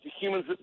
humans